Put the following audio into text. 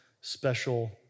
Special